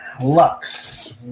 Lux